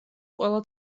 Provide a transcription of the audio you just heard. ყველა